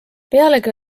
pealegi